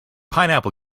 pineapple